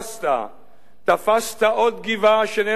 תפסת עוד גבעה שאיננה מוגדרת אדמות מדינה,